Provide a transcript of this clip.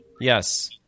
Yes